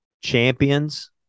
champions